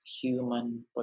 human